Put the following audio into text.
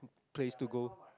place to go